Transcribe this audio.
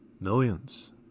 Millions